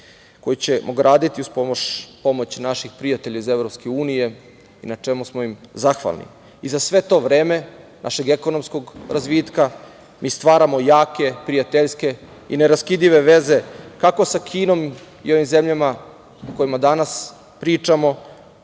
koju ćemo graditi uz pomoć naših prijatelja iz EU i na čemu smo im zahvalni.Za sve to vreme našeg ekonomskog razvitka, mi stvaramo jake, prijateljske i neraskidive veze kako sa Kinom i ovim zemljama o kojima danas pričamo,